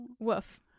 Woof